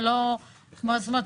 כלומר,